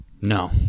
No